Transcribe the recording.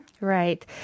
Right